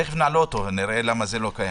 תיכף נעלה אותו ונראה למה זה לא קיים.